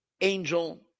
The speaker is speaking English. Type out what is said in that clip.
angel